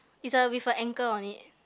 is a with a anchor on it